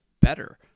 better